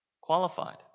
qualified